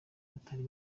batari